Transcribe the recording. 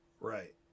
Right